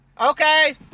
Okay